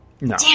No